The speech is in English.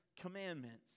Commandments